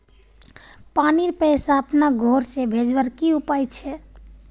पानीर पैसा अपना घोर से भेजवार की उपाय छे?